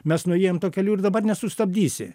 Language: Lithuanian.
mes nuėjom tuo keliu ir dabar nesustabdysi